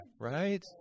right